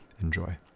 Enjoy